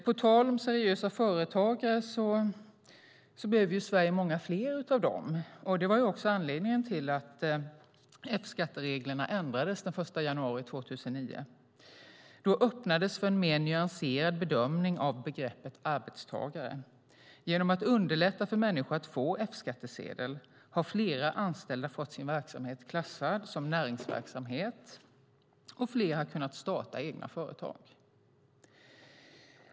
På tal om seriösa företagare behöver Sverige många fler av dem. Det var också anledningen till att F-skattereglerna ändrades den 1 januari 2009. Då öppnades för en mer nyanserad bedömning av begreppet arbetstagare. Genom att underlätta för människor att få F-skattsedel har flera anställda fått sin verksamhet klassad som näringsverksamhet och fler har kunnat starta egna företag.